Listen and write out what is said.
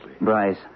Bryce